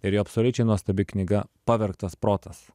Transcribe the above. ir jo absoliučiai nuostabi knyga pavergtas protas